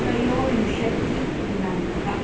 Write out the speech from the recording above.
त्रयोविंशतिदिनाङ्कः